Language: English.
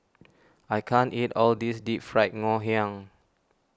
I can't eat all this Deep Fried Ngoh Hiang